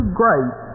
great